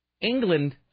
England